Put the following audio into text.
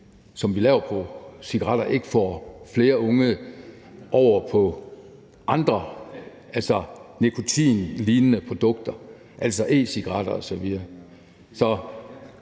som vi laver på cigaretter, ikke får flere unge over på andre nikotinlignende produkter, altså e-cigaretter osv.